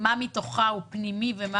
מה מתוכה פנימי ומה